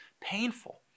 painful